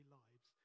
lives